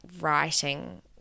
writing